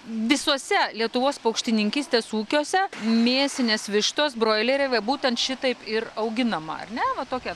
visuose lietuvos paukštininkystės ūkiuose mėsinės vištos broileriai va būtent šitaip ir auginama ar ne va tokia